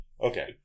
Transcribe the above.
Okay